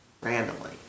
randomly